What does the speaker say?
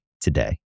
today